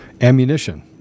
ammunition